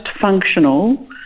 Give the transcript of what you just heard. functional